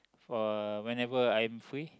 uh whenever I am free